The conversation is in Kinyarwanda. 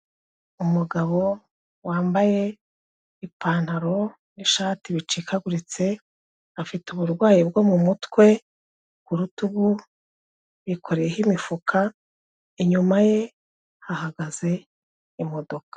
Umugabo wambaye ipantaro n'ishati bicikaguritse, afite uburwayi bwo mu mutwe, ku rutugu yikoreyeho imifuka, inyuma ye hahagaze imodoka.